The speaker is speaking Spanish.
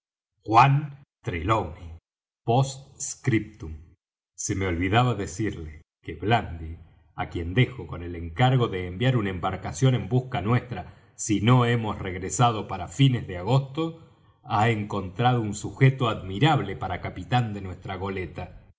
juan trelawney postscriptum se me olvidaba decirle que blandy á quien dejo con el encargo de enviar una embarcación en busca nuestra si no hemos regresado para fines de agosto ha encontrado un sujeto admirable para capitán de nuestra goleta